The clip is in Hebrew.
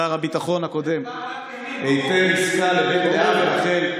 שר הביטחון הקודם היתר עסקה לבית לאה ורחל,